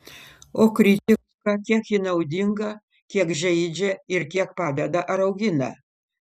o kritika kiek ji naudinga kiek žeidžia ir kiek padeda ar augina